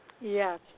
Yes